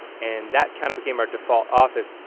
and that kind of became our default office.